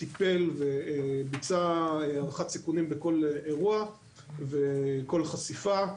טיפל וביצע הערכת סיכונים בכל אירוע וכל חשיפה,